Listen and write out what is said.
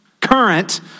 current